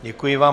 Děkuji vám.